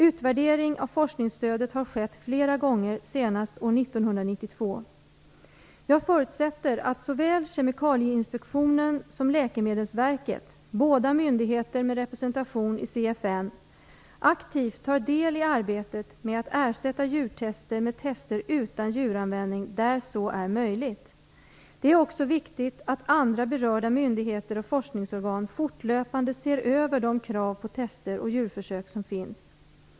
Utvärdering av forskningsstödet har skett flera gånger, senast år Jag förutsätter att såväl Kemikalieinspektionen som Läkemedelsverket, båda myndigheter med representation i CFN, aktivt tar del i arbetet med att ersätta djurtester med tester utan djuranvändning där så är möjligt. Det är också viktigt att andra berörda myndigheter och forskningsorgan fortlöpande ser över de krav på tester och djurförsök som finns.